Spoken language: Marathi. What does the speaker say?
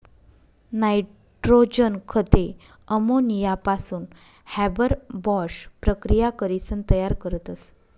नायट्रोजन खते अमोनियापासून हॅबर बाॅश प्रकिया करीसन तयार करतस